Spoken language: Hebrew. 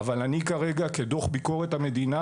אבל כדוח ביקורת המדינה,